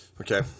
Okay